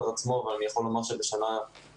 עצמו אבל אני יכול לומר שבשנה שעברה,